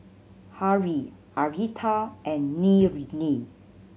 Haley Aretha and Ninnie